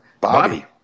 Bobby